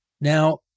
Now